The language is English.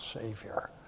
Savior